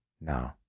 no